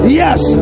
yes